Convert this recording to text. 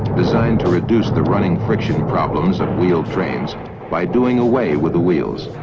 designed to reduce the running friction problems of wheeled trains by doing away with the wheels.